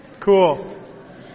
Cool